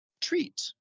Treat